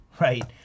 right